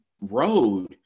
road